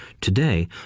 today